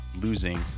losing